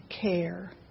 care